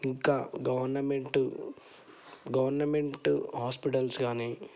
ఇంకా government government hospitals కాని